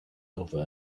over